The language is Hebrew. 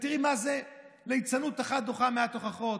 ותראי מה זה, ליצנות אחת דוחה מאה תוכחות.